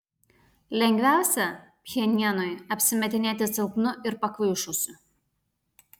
lengviausia pchenjanui apsimetinėti silpnu ir pakvaišusiu